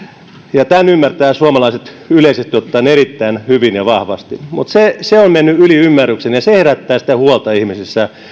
tämän ymmärtävät suomalaiset yleisesti ottaen erittäin hyvin ja vahvasti mutta se se on mennyt yli ymmärryksen ja se herättää huolta ihmisissä